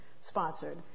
sponsored